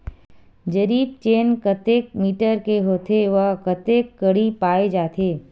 जरीब चेन कतेक मीटर के होथे व कतेक कडी पाए जाथे?